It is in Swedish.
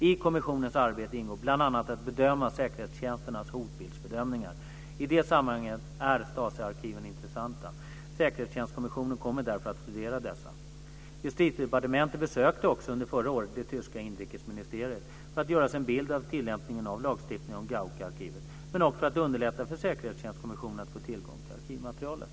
I kommissionens arbete ingår bl.a. att bedöma säkerhetstjänsternas hotbildsbedömningar. I det sammanhanget är STASI-arkiven intressanta. Säkerhetstjänstkommissionen kommer därför att studera dessa. Justitiedepartementet besökte också under förra året det tyska inrikesministeriet för att göra sig en bild av tillämpningen av lagstiftningen om Gauckarkivet, men också för att underlätta för Säkerhetstjänstkommissionen att få tillgång till arkivmaterialet.